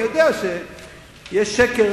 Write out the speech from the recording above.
אני יודע שיש שקר,